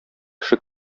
кеше